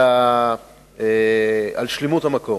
שלמות המקום.